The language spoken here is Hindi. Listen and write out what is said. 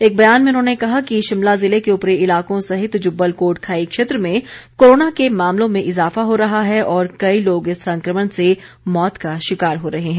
एक बयान में उन्होंने कहा कि शिमला जिले के उपरी इलाको सहित जुब्बल कोटखाई क्षेत्र में कोरोना के मामलों में ईजाफा हो रहा है और कई लोग इस संक्रमण से मौत का शिकॉर हो रहे हैं